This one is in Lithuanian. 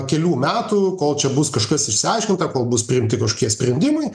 kelių metų kol čia bus kažkas išsiaiškinta kol bus priimti kažkokie sprendimai